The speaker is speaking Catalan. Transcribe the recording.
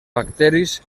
bacteris